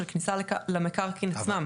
של כניסה למקרקעין עצמם.